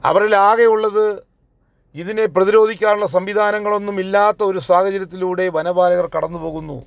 അവരിൽ ആകെയുള്ളത് ഇതിനെ പ്രതിരോധിക്കാനുള്ള സംവിധാനങ്ങളൊന്നുമില്ലാത്ത ഒരു സാഹചര്യത്തിലൂടെ വനപാലകർ കടന്ന് പോകുന്നു